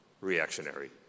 reactionary